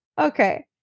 Okay